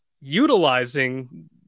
utilizing